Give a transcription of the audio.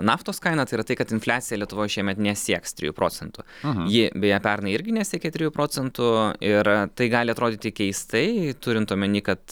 naftos kaina tai yra tai kad infliacija lietuvoj šiemet nesieks trijų procentų ji beje pernai irgi nesiekė trijų procentų ir tai gali atrodyti keistai turint omeny kad